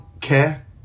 care